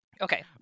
Okay